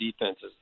defenses